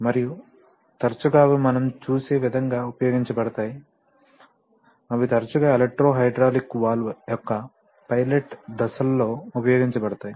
మరియు తరచుగా అవి మనం చూసే విధంగా ఉపయోగించబడతాయి అవి తరచుగా ఎలక్ట్రో హైడ్రాలిక్ వాల్వ్ యొక్క పైలట్ దశలలో ఉపయోగించబడతాయి